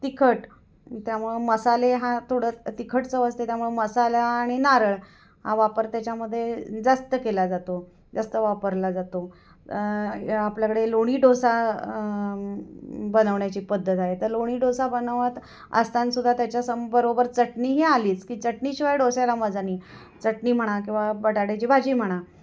तिखट त्यामुळं मसाले हा थोडं तिखट चव असते त्यामुळं मसाला आणि नारळ हा वापर त्याच्यामध्ये जास्त केला जातो जास्त वापरला जातो आपल्याकडे लोणी डोसा बनवण्याची पद्धत आहे तर लोणी डोसा बनवत असताना सुद्धा त्याच्या सं बरोबर चटणी ही आलीच की चटणीशिवाय डोस्याला मजा नाही चटणी म्हणा किंवा बटाट्याची भाजी म्हणा